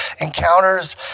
encounters